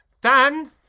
Dan